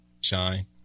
shine